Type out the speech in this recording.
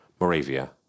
Moravia